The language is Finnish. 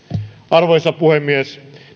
arvoisa puhemies